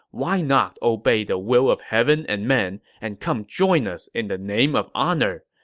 why not obey the will of heaven and men and come join us in the name of honor?